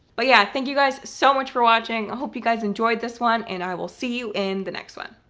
but yeah, thank you guys so much for watching. i hope you guys enjoyed this one, and i will see you in the next one.